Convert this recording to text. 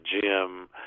gym